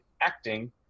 acting